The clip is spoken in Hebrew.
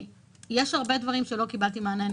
יש הרבה דברים שלא קיבלתי עליהם מענה.